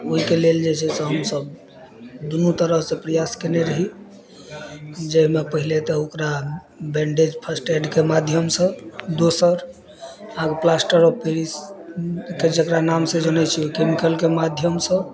ओहिके लेल जे छै से हमसब दुनू तरह से प्रयास केने रही जाहिमे पहिले तऽ ओकरा बैंडेज फर्स्टएडके माध्यमसँ दोसर अहाँके प्लास्टर ऑफ पेरिसके जेकरा नाम से जनै छियै केमिकलके माध्यमसँ